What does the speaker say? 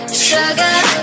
Sugar